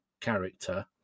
character